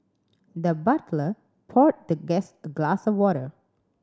the butler poured the guest a glass of water